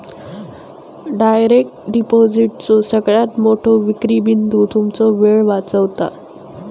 direct डिपॉजिटचो सगळ्यात मोठो विक्री बिंदू तुमचो वेळ वाचवता